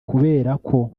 kuberako